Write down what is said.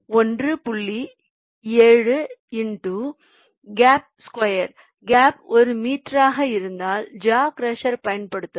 7 x gap square gap ஒரு மீட்டராக இருந்தால் ஜா க்ரஷர் பயன்படுத்தவும்